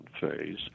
phase